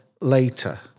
later